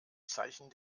zeichen